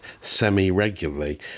semi-regularly